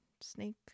snake